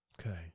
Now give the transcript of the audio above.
Okay